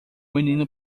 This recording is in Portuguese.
menino